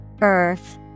Earth